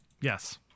Yes